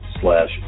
slash